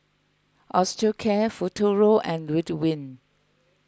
Osteocare Futuro and Ridwind